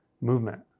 movement